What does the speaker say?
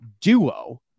duo